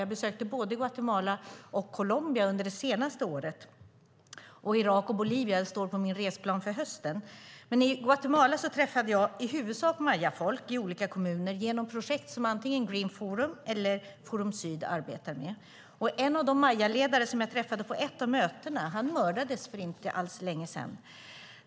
Jag besökte både Guatemala och Colombia under det senaste året, och Irak och Bolivia står på min resplan för hösten. I Guatemala träffade jag i huvudsak mayafolk i olika kommuner genom projekt som antingen Green Forum eller Forum Syd arbetar med. En av de mayaledare som jag träffade på ett av mötena mördades för inte alls länge sedan.